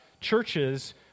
churches